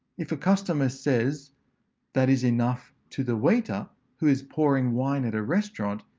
if a customer says that is enough to the waiter who is pouring wine at a restaurant,